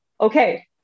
okay